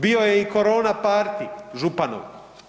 Bio je i korona parti županov.